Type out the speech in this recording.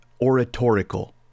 oratorical